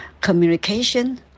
communication